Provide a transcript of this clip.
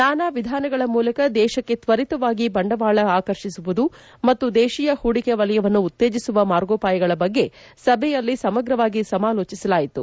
ನಾನಾ ವಿಧಾನಗಳ ಮೂಲಕ ದೇಶಕ್ಕೆ ತ್ವರಿತವಾಗಿ ಬಂಡವಾಳಗಳನ್ನು ಆಕರ್ಷಿಸುವುದು ಮತ್ತು ದೇಶಿಯ ಹೂಡಿಕೆ ವಲಯವನ್ನು ಉತ್ತೇಜಿಸುವ ಮಾರ್ಗೋಪಾಯಗಳ ಬಗ್ಗೆ ಸಭೆಯಲ್ಲಿ ಸಮಗ್ರವಾಗಿ ಸಮಾಲೋಚನೆ ನಡೆಸಲಾಯಿತು